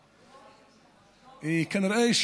כנראה,